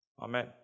Amen